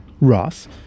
Ross